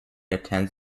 attends